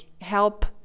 help